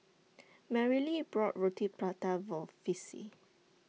Merrily bought Roti Prata For Vicy